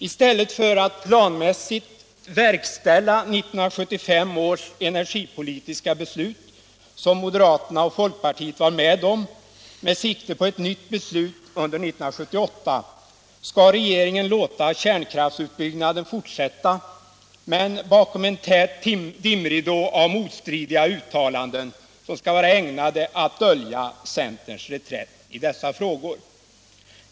I stället för att planmässigt verkställa 1975 års energipolitiska beslut — som moderaterna och folkpartiet var med om — med sikte på ett nytt beslut under 1978 skall regeringen låta kärnkraftsutbyggnaden fortsätta men bakom en tät dimridå av motstridiga uttalanden, som skall vara ägnade att dölja centerns reträtt i dessa frågor.